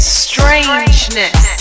strangeness